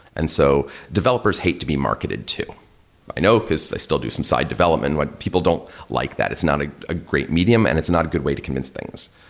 and so developers hate to be marketed too. i know, because i still do some side development. people don't like that. it's not a a great medium and it's not a good way to convince things,